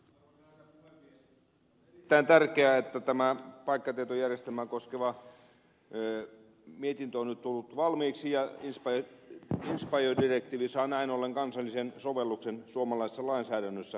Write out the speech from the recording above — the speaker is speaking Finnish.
on erittäin tärkeää että tämä paikkatietojärjestelmää koskeva mietintö on nyt tullut valmiiksi ja inspire direktiivi saa näin ollen kansallisen sovelluksen suomalaisessa lainsäädännössä